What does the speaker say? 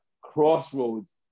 crossroads